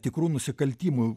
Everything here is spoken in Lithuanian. tikrų nusikaltimų